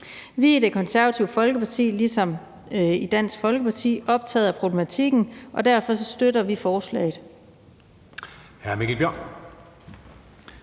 er i Det Konservative Folkeparti ligesom i Dansk Folkeparti optaget af problematikken, og derfor støtter vi forslaget.